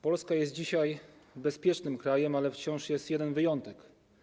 Polska jest dzisiaj bezpiecznym krajem, ale wciąż jest jeden wyjątek.